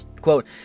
Quote